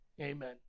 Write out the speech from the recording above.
Amen